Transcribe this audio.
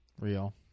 Real